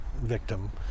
victim